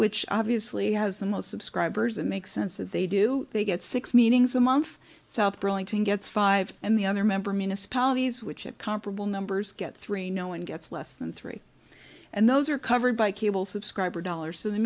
which obviously has the most subscribers and makes sense that they do they get six meetings a month south burlington gets five and the other member municipalities which of comparable numbers get three no one gets less than three and those are covered by cable subscriber dollars so the